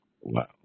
Wow